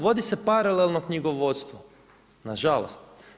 Vodi se paralelno knjigovodstvo, nažalost.